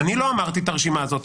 אני לא אמרתי את הרשימה הזאת,